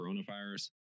coronavirus